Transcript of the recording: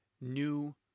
new